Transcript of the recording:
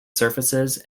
surfaces